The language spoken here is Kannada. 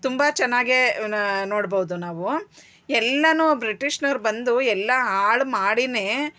ತುಂಬ ಚೆನ್ನಾಗೇ ನೋಡ್ಬೌದು ನಾವು ಎಲ್ಲ ಬ್ರಿಟಿಷ್ನವ್ರು ಬಂದು ಎಲ್ಲ ಹಾಳ್ ಮಾಡಿನೇ